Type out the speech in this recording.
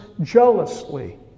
jealously